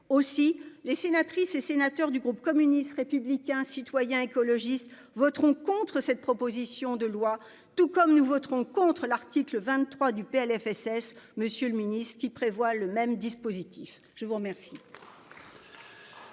aussi les sénatrices et sénateurs du groupe communiste républicain citoyen écologistes voteront contre cette proposition de loi, tout comme nous voterons contre l'article 23 du PLFSS. Monsieur le Ministre, qui prévoit le même dispositif, je vous remercie.